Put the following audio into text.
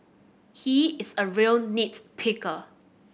he is a real nit picker